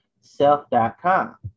self.com